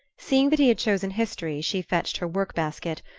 seeing that he had chosen history she fetched her workbasket,